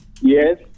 yes